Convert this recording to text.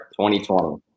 2020